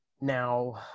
Now